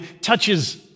touches